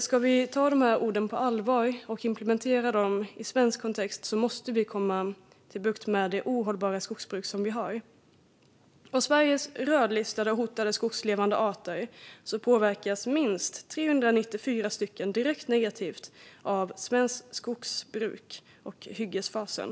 Ska vi ta dessa ord på allvar och implementera dem i svensk kontext måste vi få bukt med vårt ohållbara skogsbruk. Av Sveriges rödlistade hotade skogslevande arter påverkas minst 394 stycken direkt negativt av svenskt skogsbruk och hyggesfasen.